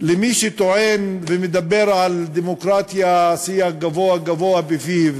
למי שטוען ומדבר על דמוקרטיה, שיח גבוה-גבוה בפיו,